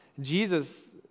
Jesus